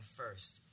first